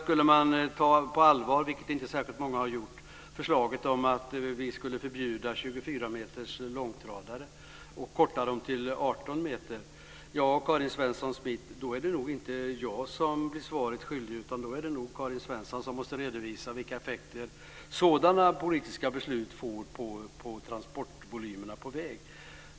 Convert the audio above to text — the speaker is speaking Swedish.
Om man skulle ta förslaget om att förbjuda 24 meters långtradare på allvar, vilket inte särskilt många har gjort, och i stället bara tillåta 18 meters långtradare är det nog inte jag som blir svaret skyldig, Karin Svensson Smith. Då är det nog Karin Svensson som måste redovisa vilka effekter sådana politiska beslut får för transportvolymerna på väg.